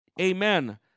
Amen